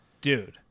dude